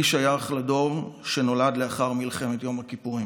אני שייך לדור שנולד לאחר מלחמת יום הכיפורים.